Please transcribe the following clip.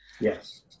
Yes